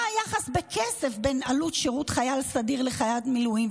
מה היחס בכסף בין עלות שירות חייל סדיר לחייל מילואים,